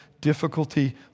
difficulty